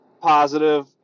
positive